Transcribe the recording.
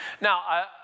Now